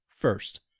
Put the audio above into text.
first